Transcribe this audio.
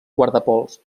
guardapols